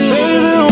Baby